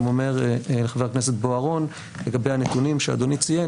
אומר לחבר הכנסת בוארון לגבי הנתונים שאדוני ציין,